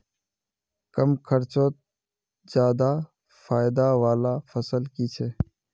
कम खर्चोत ज्यादा फायदा वाला फसल की छे?